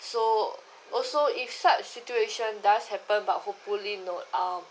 so also if such situation does happen but hopefully not um